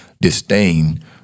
disdain